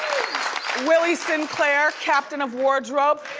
willy sinclair, captain of wardrobe.